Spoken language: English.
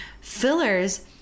Fillers